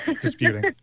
disputing